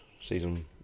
season